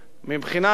מבחינה זאת,